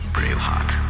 Braveheart